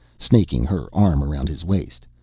snaking her arm around his waist,